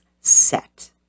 set